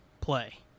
play